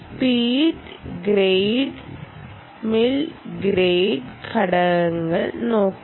space grade mill grade ഘടകങ്ങൾ നോക്കുക